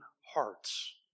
hearts